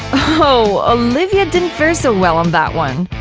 oh, olivia didn't fair so well on that one!